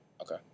Okay